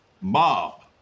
mob